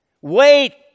Wait